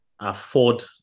afford